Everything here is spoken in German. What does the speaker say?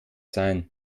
sein